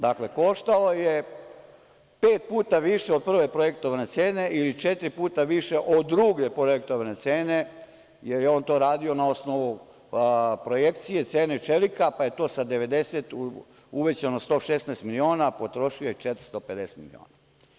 Dakle, koštao je pet puta više od prve projektovane cene ili četiri puta više od druge projektovane cene, jer je on to radio na osnovu projekcije cene čelika, pa je to sa 90 uvećano na 116, a potrošio je 450 miliona.